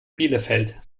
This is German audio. bielefeld